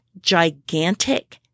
gigantic